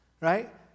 right